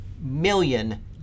million